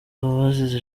abazize